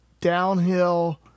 downhill